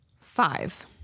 Five